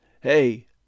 Hey